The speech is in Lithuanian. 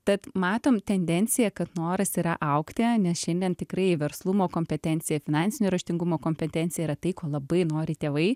tad matom tendenciją kad noras yra augti nes šiandien tikrai verslumo kompetencija finansinio raštingumo kompetencija yra tai ko labai nori tėvai